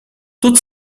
tot